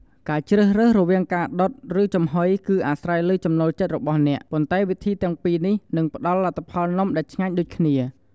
ការជ្រើសរើសរវាងការដុត ឬចំហុយ គឺអាស្រ័យលើចំណូលចិត្តរបស់អ្នក ប៉ុន្តែវិធីទាំងពីរនេះ នឹងផ្ដល់លទ្ធផលនំដែលឆ្ងាញ់ដូចគ្នា។